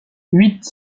huit